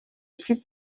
plus